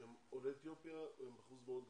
שהם עולי אתיופיה, הם אחוז מאוד גבוה?